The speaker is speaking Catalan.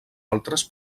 altres